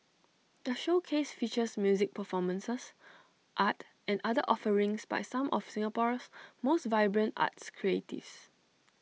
the showcase features music performances art and other offerings by some of Singapore's most vibrant arts creatives